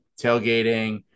tailgating